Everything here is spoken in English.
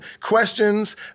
questions